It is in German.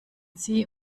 sie